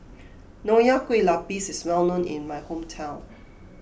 Nonya Kueh Lapis is well known in my hometown